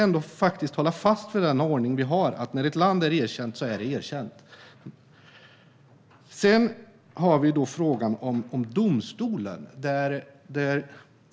Eller ska vi ändå hålla fast vid den ordning som vi har, att när ett land är erkänt är det erkänt? Sedan kommer vi till frågan om domstolen.